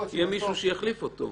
יהיה מישהו שיחליף אותו.